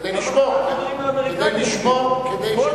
כדי לשמור, כדי לשמור.